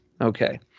Okay